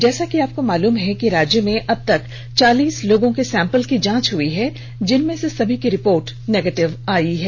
जैसा कि आपको मालूम हो कि राज्य में अब तक चालीस लोगों के सैम्पल की जांच हुई है जिनमें से सभी की रिपोर्ट निगेटिवे आई है